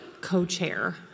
co-chair